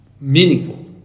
meaningful